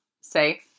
say